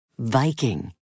Viking